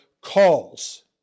calls